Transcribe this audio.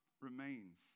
remains